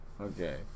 okay